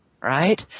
right